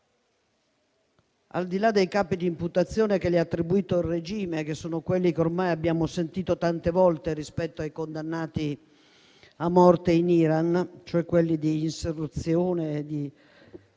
Al di là dei capi di imputazione che le ha attribuito il regime, che sono quelli che ormai abbiamo sentito tante volte rispetto ai condannati a morte in Iran, e cioè quelli di insurrezione e di